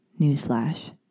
newsflash